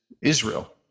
Israel